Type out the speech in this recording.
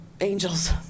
angels